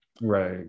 Right